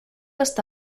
està